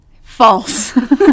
False